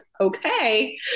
okay